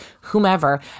whomever